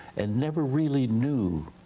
and never really knew